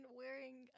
wearing